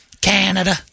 Canada